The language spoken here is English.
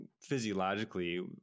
physiologically